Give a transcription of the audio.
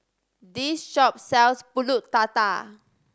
this shop sells Pulut Tatal